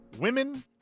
Women